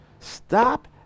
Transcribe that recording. Stop